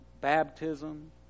baptism